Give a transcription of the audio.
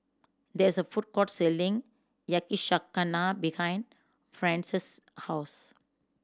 there is a food court selling Yakizakana behind Frances' house